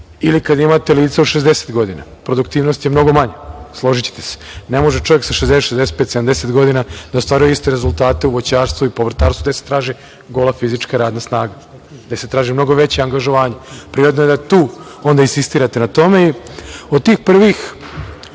ili kada imate lica od 60 godina. Produktivnost je mnogo manja, složićete se. Ne može čovek sa 60, 65, 70 godina da ostvaruje iste rezultate u voćarstvu i povrtarstvu gde se traži gola fizička radna snaga, gde se traži mnogo veće angažovanje. Prirodno je da tu onda insistirate na tome. Od tih prvih,